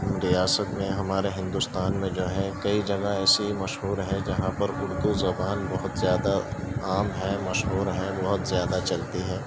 ریاست میں ہمارے ہندوستان میں جو ہے کئی جگہ ایسی مشہور ہے جہاں پر اردو زبان بہت زیادہ عام ہے مشہور ہے بہت زیادہ چلتی ہے